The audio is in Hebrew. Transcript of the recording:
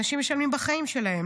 אנשים משלמים בחיים שלהם.